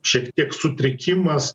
šiek tiek sutrikimas